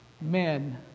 men